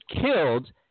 killed